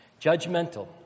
Judgmental